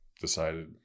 decided